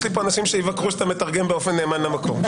לי כאן אנשים שיבדקו שאתה מתרגם באופן נאמן למקור.